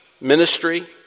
ministry